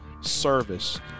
service